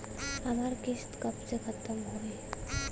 हमार किस्त कब ले खतम होई?